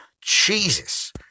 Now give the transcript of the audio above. Jesus